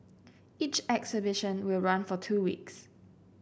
each exhibition will run for two weeks